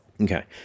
Okay